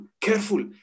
careful